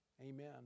amen